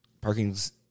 Parking's